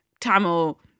Tamil